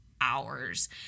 hours